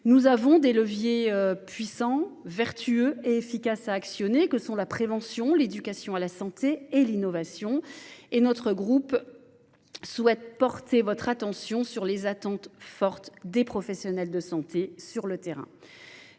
Nous avons des leviers puissants, vertueux et efficaces à actionner, comme la prévention et l’éducation à la santé, et notre groupe souhaite attirer votre attention sur les attentes fortes des professionnels de santé sur le terrain.